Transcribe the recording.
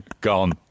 Gone